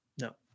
no